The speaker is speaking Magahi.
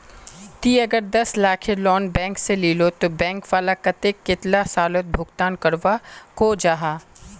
ती अगर दस लाखेर लोन बैंक से लिलो ते बैंक वाला कतेक कतेला सालोत भुगतान करवा को जाहा?